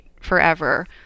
forever